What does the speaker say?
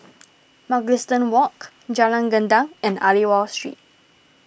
Mugliston Walk Jalan Gendang and Aliwal Street